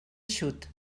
eixut